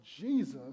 Jesus